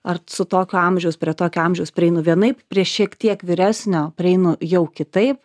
ar su tokio amžiaus prie tokio amžiaus prieinu vienaip prie šiek tiek vyresnio prieinu jau kitaip